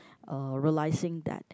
uh realizing that